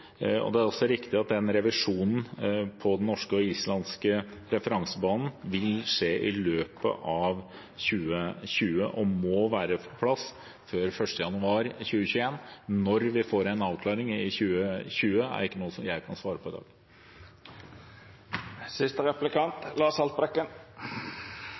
Det er også riktig at revisjonen innenfor den norske og den islandske referansebanen vil skje i løpet av 2020, og må være på plass før 1. januar 2021. Når i 2020 vi får en avklaring, er ikke noe som jeg kan svare på i dag.